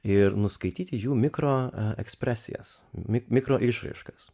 ir nuskaityti jų mikro ekspresijas mik mikro išraiškas